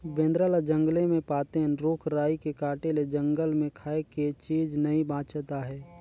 बेंदरा ल जंगले मे पातेन, रूख राई के काटे ले जंगल मे खाए के चीज नइ बाचत आहे